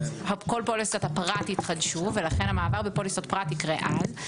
כל פוליסות הפרט יתחדשו ולכן המעבר בפוליסות פרט יקרה אז,